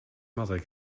mother